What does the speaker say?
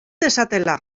dezatela